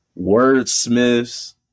wordsmiths